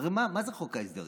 הרי מה זה חוק ההסדרים?